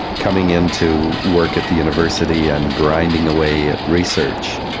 coming in to work at the university and grinding away at research.